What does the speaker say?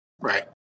right